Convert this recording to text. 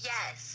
Yes